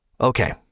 Okay